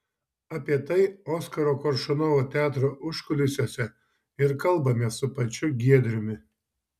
apie tai oskaro koršunovo teatro užkulisiuose ir kalbamės su pačiu giedriumi